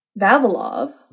Vavilov